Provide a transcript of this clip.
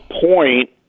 point